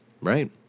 Right